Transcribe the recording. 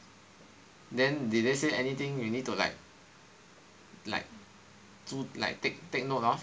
then did they say anything you need to like like 去 so like take take note of